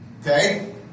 Okay